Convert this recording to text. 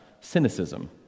cynicism